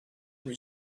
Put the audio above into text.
will